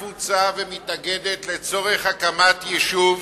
ולכן, כאשר קמה קבוצה ומתאגדת לצורך הקמת יישוב,